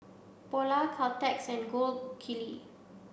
Polar Caltex and Gold Kili